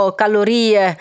calorie